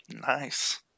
Nice